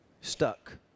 stuck